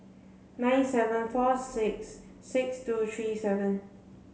nine seven four six six two three seven